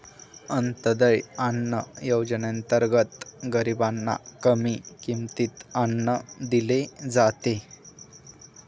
अंत्योदय अन्न योजनेअंतर्गत गरीबांना कमी किमतीत अन्न दिले जाते